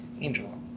Angel